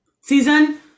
Season